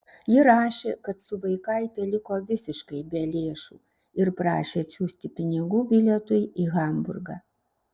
ji rašė kad su vaikaite liko visiškai be lėšų ir prašė atsiųsti pinigų bilietui į hamburgą